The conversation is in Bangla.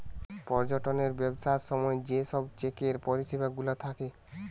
পর্যটনের ব্যবসার সময় যে সব চেকের পরিষেবা গুলা থাকে